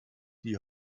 die